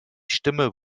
stimme